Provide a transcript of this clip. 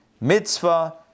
Mitzvah